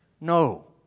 No